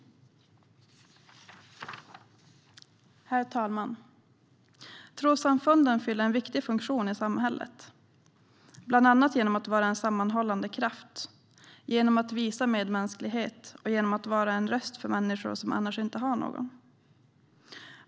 Herr talman! Trossamfunden fyller en viktig funktion i samhället, bland annat genom att vara en sammanhållande kraft genom att visa medmänsklighet och att vara en röst för människor som annars inte har någon röst.